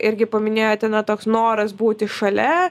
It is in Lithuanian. irgi paminėjote na toks noras būti šalia